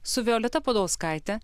su violeta paulauskaite